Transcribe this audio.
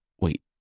Wait